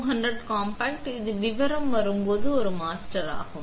MA200 compact இது விவரம் வரும் போது ஒரு மாஸ்டர் ஆகும்